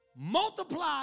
multiply